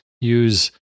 use